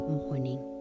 morning